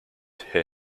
herr